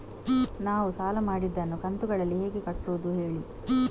ನಾವು ಸಾಲ ಮಾಡಿದನ್ನು ಕಂತುಗಳಲ್ಲಿ ಹೇಗೆ ಕಟ್ಟುದು ಹೇಳಿ